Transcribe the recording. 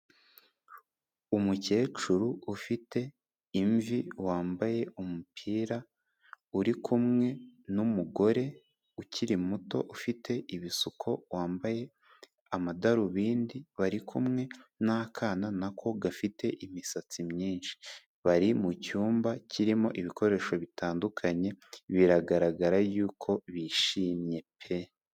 Umukecuru ufite imvi wambaye umupira uri kumwe n'umugore ukiri muto ufite ibisuko wambaye amadarubindi bari kumwe n'akana nako gafite imisatsi myinshi bari mucyumba kirimo ibikoresho bitandukanye, biragaragara yuko bishimye pe.